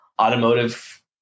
automotive